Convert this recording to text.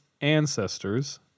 ancestors